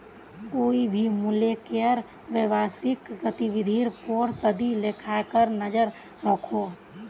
कोए भी मुल्केर व्यवसायिक गतिविधिर पोर संदी लेखाकार नज़र रखोह